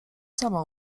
sama